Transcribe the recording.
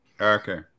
Okay